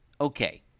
Okay